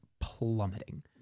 plummeting